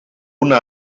una